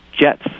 Jets